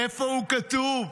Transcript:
איפה הוא כתוב?